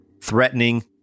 threatening